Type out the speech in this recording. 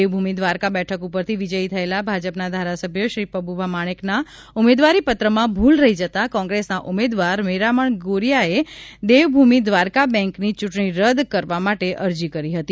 દેવભૂમિ દ્વારકા બેઠક ઉપરથી વિજયી થયેલા ભાજપના ધારાસભ્ય શ્રી પબુભા માણેકના ઉમેદવારીપત્રમાં ભૂલ રહી જતા કોંગ્રેસના ઉમેદવાર મેરામણ ગોરીયાએ દેવભૂમિ દ્વારકા બેન્કની ચૂંટણી રદ કરવા માટે અરજી કરી હતી